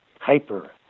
hyper